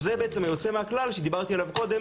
וזה בעצם היוצא מן הכלל שדיברתי עליו קודם